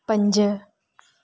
पंज